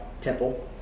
temple